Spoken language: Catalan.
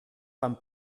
fan